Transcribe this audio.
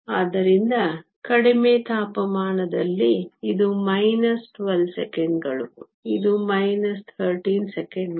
ಆದ್ದರಿಂದ ಕಡಿಮೆ ತಾಪಮಾನದಲ್ಲಿ ಇದು ಮೈನಸ್ 12 ಸೆಕೆಂಡುಗಳು ಇದು ಮೈನಸ್ 13 ಸೆಕೆಂಡುಗಳು